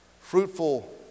Fruitful